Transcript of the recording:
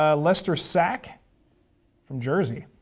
ah lester sak from jersey.